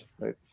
right